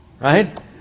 Right